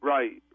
Right